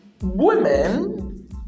women